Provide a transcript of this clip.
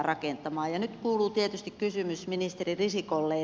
nyt kuuluu tietysti kysymys ministeri risikolle